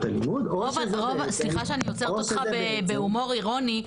הלימוד --- סליחה שאני עוצרת אותך בהומור אירוני.